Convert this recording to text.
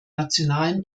nationalem